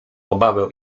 obawę